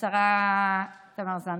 השרה תמר זנדברג,